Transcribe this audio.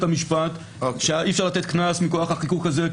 המשפט שאומרות שאי אפשר לתת קנס מכוח החיקוק הזה והזה,